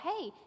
hey